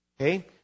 Okay